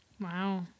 Wow